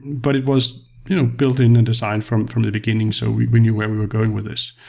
but it was you know built in and design from from the beginning, so we we knew where we were going with this.